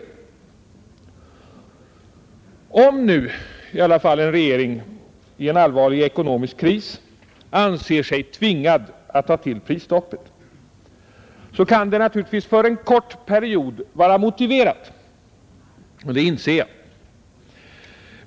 Om nu i alla fall en regering i en allvarlig ekonomisk kris anser sig tvingad att ta till prisstoppet, kan det naturligtvis för en kort period vara motiverat. Det inser jag.